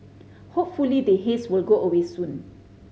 hopefully the haze will go away soon